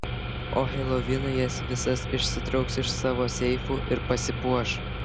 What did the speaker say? o helovinui jas visas išsitrauks iš savo seifų ir pasipuoš